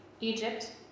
Egypt